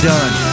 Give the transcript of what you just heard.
Done